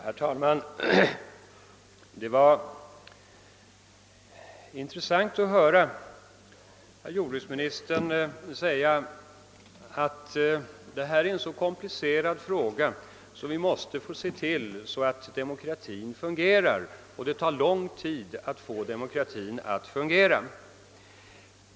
Herr talman! Det var intressant att höra jordbruksministern säga att detta är en så komplicerad fråga att vi måste se till att demokratin fungerar och att det tar lång tid att få den att göra det.